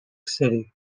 city